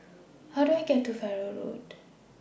How Do I get to Farrer Road